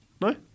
No